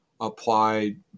applied